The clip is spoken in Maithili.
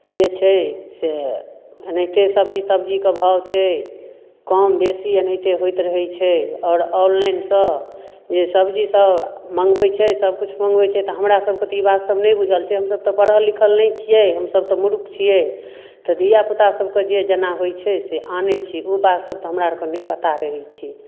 जे छै से एनाहिते सब्जी तब्जीके भाव छै कम बेसी एनाहिते होइत रहै छै आओर ऑनलाइनसँ जे सब्जी सब मङ्गबै छै सब किछु मङ्गबै छै तऽ हमरा सबके तऽ ई बात सब नहि बुझल छै हमसब तऽ पढ़ल लिखल नहि छियै हमसब तऽ मुर्ख छियै तऽ धियापुता सबके जे जेना होइ छै से आनै छै उ बात सब तऽ हमरा सबके नहि पता रहै छै